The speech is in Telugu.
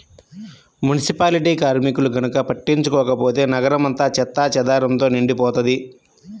మునిసిపాలిటీ కార్మికులు గనక పట్టించుకోకపోతే నగరం అంతా చెత్తాచెదారంతో నిండిపోతది